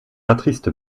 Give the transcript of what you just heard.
attriste